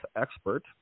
expert